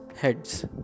heads